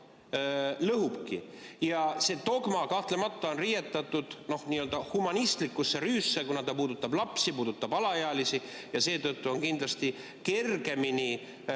See dogma kahtlemata on riietatud n-ö humanistlikkusse rüüsse, kuna see puudutab lapsi, puudutab alaealisi ja seetõttu on kindlasti kergemini